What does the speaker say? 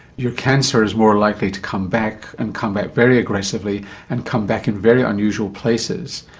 your cancer is more likely to come back and come back very aggressively and come back in very unusual places.